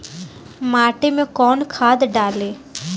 माटी में कोउन खाद डाली?